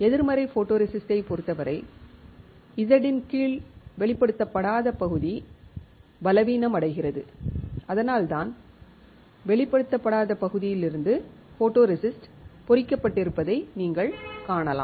எதிர்மறை ஃபோட்டோரெசிஸ்ட்டை பொறுத்தவரை Z இன் கீழ் வெளிப்படுத்தாத பகுதி பலவீனமடைகிறது அதனால்தான் வெளிப்படுத்தப்படாத பகுதியிலிருந்து ஃபோட்டோரெசிஸ்ட் பொறிக்கப்பட்டிருப்பதை நீங்கள் காணலாம்